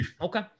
Okay